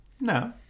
No